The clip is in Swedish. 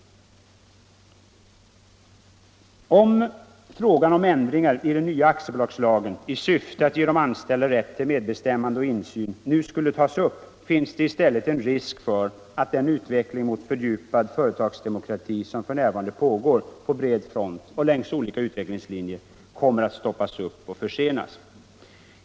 Om frågan om ändringar i den nya aktiebolagslagen i syfte att ge de anställda rätt till medbestämmande och insyn nu skulle tas upp, finns det i stället risk för att den utveckling mot fördjupad företagsdemokrati som f. n. pågår på bred front och längs olika utvecklingslinjer kommer att stoppas upp och försenas.